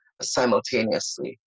simultaneously